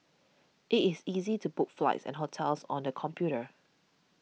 it is easy to book flights and hotels on the computer